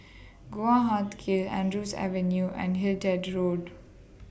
Guan Huat Kiln Andrews Avenue and Hindhede Road